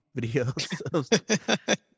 videos